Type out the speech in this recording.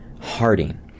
Harding